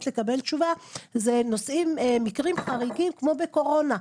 לקבל תשובה זה מקרים חריגים כמו בקורונה,